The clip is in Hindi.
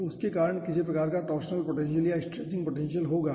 तो उसके कारण किसी प्रकार का टॉरशनल पोटेंशियल और स्ट्रेचिंग पोटेंशियल होगा